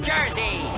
Jersey